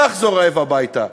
לא יחזור רעב הביתה?